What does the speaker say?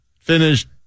Finished